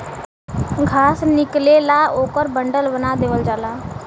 घास निकलेला ओकर बंडल बना देवल जाला